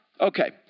okay